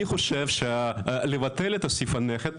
אני חושב שלבטל את סעיף הנכד,